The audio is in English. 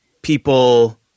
People